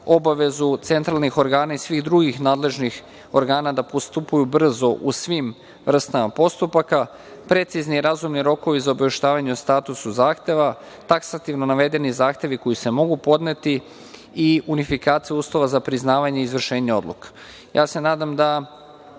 obavezu centralnih organa i svih drugih nadležnih organa da postupaju brzo u svim vrstama postupaka, precizne i razumne rokove za obaveštavanje o statusu zahteva, taksativno navedeni zahtevi koji se mogu podneti i unifikacija uslova za priznavanje izvršenja odluka. Ja se nadam da